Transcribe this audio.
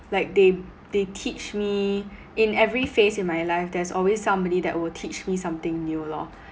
like they they teach me in every phase in my life there's always somebody that will teach me something new lor